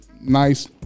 Nice